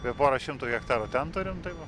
apie porą šimtų hektarų ten turim tai va